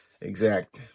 exact